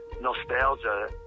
nostalgia